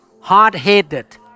hard-headed